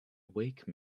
wake